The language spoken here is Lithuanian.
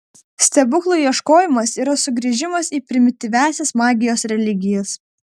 stebuklų ieškojimas yra sugrįžimas į primityviąsias magijos religijas